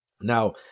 Now